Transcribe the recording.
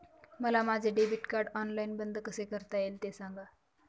मला माझे debit card online बंद कसे करता येईल, ते सांगा